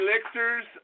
elixirs